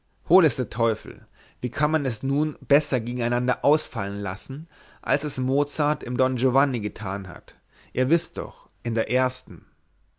hol es der teufel wie kann man nun besser gegeneinander ausfallen lassen als es mozart im don giovanni getan hat ihr wißt doch in der ersten